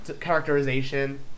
Characterization